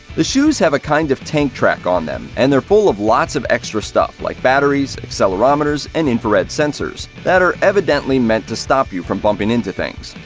the shoes have a kind of tank track on them, and they're full of lots of extra stuff like batteries, accelerometers, and infrared sensors that are evidently meant to stop you from bumping into things.